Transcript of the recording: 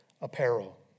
apparel